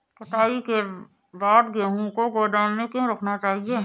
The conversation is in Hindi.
कटाई के बाद गेहूँ को गोदाम में क्यो रखना चाहिए?